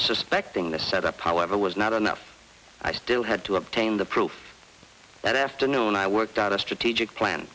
suspecting the set up however was not enough i still had to obtain the proof that afternoon i worked out a strategic plan